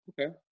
Okay